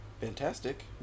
Fantastic